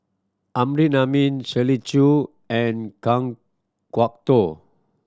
Amrin Amin Shirley Chew and Kan Kwok Toh